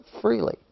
freely